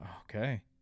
Okay